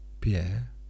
Pierre